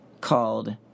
called